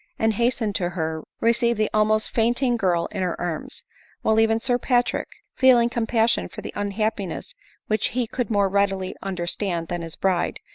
and hastening to her, received the almost fainting girl in her arms while even sir patrick, feeling compassion for the unhappiness which he could more readily under stand than his bride,